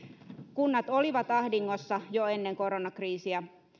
kunnat olivat ahdingossa jo ennen koronakriisiä